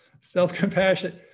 Self-compassion